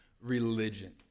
religion